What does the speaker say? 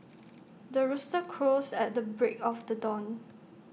the rooster crows at the break of the dawn